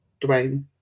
Dwayne